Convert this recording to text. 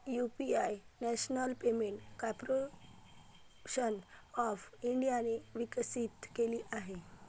UPI national payment corporation of इंडियाने विकसित केले आहे